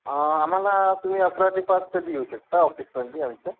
आम्हाला तुम्ही अकरा ते पाच कधीही येऊ शकता ऑफिसमध्ये आमच्या